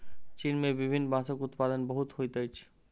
चीन में विभिन्न बांसक उत्पादन बहुत होइत अछि